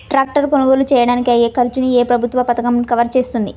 Tractor కొనుగోలు చేయడానికి అయ్యే ఖర్చును ఏ ప్రభుత్వ పథకం కవర్ చేస్తుంది?